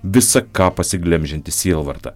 visa ką pasiglemžiantį sielvartą